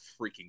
freaking